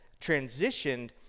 transitioned